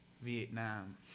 Vietnam